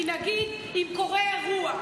כי אם נגיד קורה אירוע.